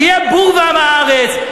שיהיה בור ועם הארץ,